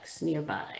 nearby